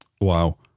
Wow